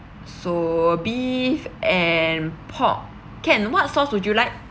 so beef and pork can what sauce would you like